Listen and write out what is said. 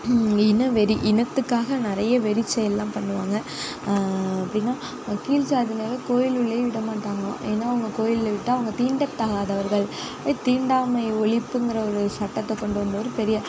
இன வெறி இனத்துக்காக நிறைய வெறி செயல்லாம் பண்ணுவாங்க எப்படின்னா கீழ் ஜாதியினரை கோயில் உள்ளேயே விடமாட்டாங்காளாம் ஏன்னா அவங்க கோயில்ல விட்டால் அவங்க தீண்டத்தகாதவர்கள் தீண்டாமை ஒழிப்புங்கிற ஒரு சட்டத்தை கொண்டுவந்தவர் பெரியார்